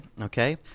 okay